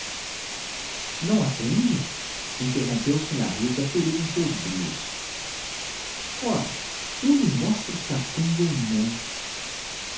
não atende interrompeu sinhá rita ferida em seus brios ora eu lhe mostro se atende ou não